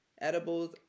Edibles